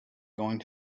going